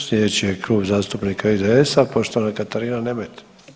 Sljedeći je Kluba zastupnika IDS-a, poštovana Katarina Nemet.